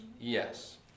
Yes